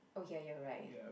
oh ya you're right